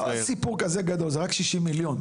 זה לא סיפור כזה גדול, זה רק 60 מיליון.